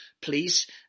please